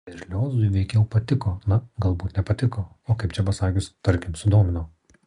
berliozui veikiau patiko na galbūt ne patiko o kaip čia pasakius tarkim sudomino